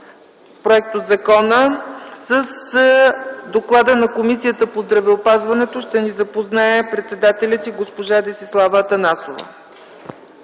проектозакона. С доклада на Комисията по здравеопазването ще ни запознае председателят й госпожа Десислава Атанасова.